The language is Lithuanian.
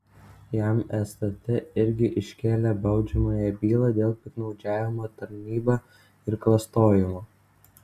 jam stt irgi iškėlė baudžiamąją bylą dėl piktnaudžiavimo tarnyba ir klastojimo